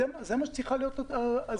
זה מה שצריך להיות הפתרון.